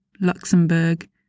Luxembourg